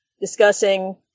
discussing